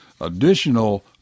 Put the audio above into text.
additional